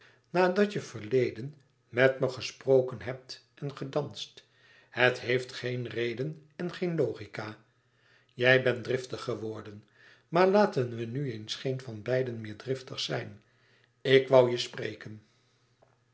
nadat je verleden met me gesproken hebt en gedanst het heeft geen reden en geen logica ij e ids aargang bent driftig geworden maar laten we nu eens geen van beiden meer driftig zijn ik woû je spreken